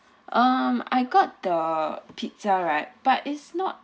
um I got the pizza right but it's not